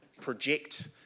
project